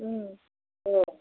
अ